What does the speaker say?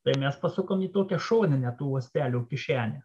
tai mes pasukom į tokią šoninę tų uostelių kišenę